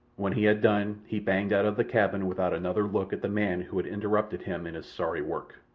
when he had done he banged out of the cabin without another look at the man who had interrupted him in his sorry work.